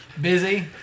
Busy